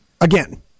Again